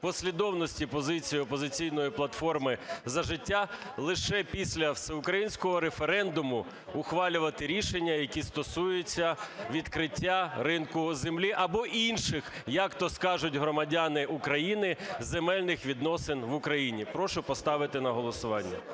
послідовності позиції "Опозиційної платформи - За життя": лише після всеукраїнського референдуму ухвалювати рішення, які стосуються відкриття ринку землі, або інших, як то скажуть громадяни України, земельних відносин в Україні. Прошу поставити на голосування.